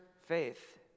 faith